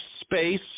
space